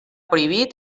prohibit